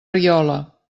riola